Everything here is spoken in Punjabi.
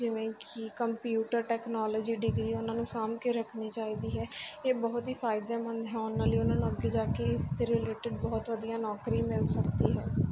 ਜਿਵੇਂ ਕਿ ਕੰਪਿਊਟਰ ਟੈਕਨੋਲੋਜੀ ਡਿਗਰੀ ਉਹਨਾਂ ਨੂੰ ਸਾਂਭ ਕੇ ਰੱਖਣੀ ਚਾਹੀਦੀ ਹੈ ਇਹ ਬਹੁਤ ਹੀ ਫਾਇਦੇਮੰਦ ਹੋਣ ਨਾਲ ਹੀ ਉਹਨਾਂ ਨੂੰ ਅੱਗੇ ਜਾ ਕੇ ਇਸ ਦੇ ਰਿਲੇਟਿਡ ਬਹੁਤ ਵਧੀਆ ਨੌਕਰੀ ਮਿਲ ਸਕਦੀ ਹੈ ਜੀ